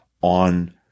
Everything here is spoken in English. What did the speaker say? on